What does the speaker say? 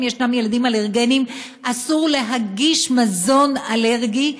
יש ילדים אלרגיים אסור להגיש מזון אלרגני,